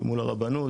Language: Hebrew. מול הרבנות,